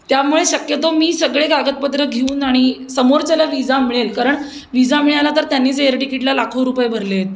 त्यामुळे शक्यतो मी सगळे कागदपत्रं घेऊन आणि समोरच्याला विजा मिळेल कारण विजा मिळाला तर त्यांनीच एअरटिकीटला लाखो रुपये भरले आहेत